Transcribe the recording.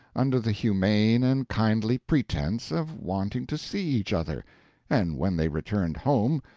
under the humane and kindly pretense of wanting to see each other and when they returned home,